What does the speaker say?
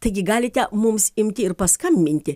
taigi galite mums imti ir paskambinti